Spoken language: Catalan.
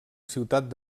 ciutat